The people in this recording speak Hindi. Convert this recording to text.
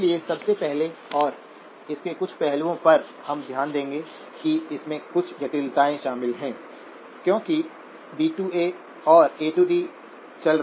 सबसे पहले हम इनपुट पर लिमिट को इव़ैल्यूएट कर रहे हैं